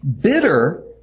Bitter